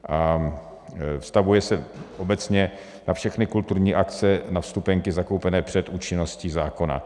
A vztahuje se obecně na všechny kulturní akce, na vstupenky zakoupené před účinností zákona.